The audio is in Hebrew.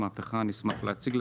אנחנו עושים בזה מהפכה,